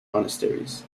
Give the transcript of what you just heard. monasteries